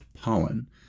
pollen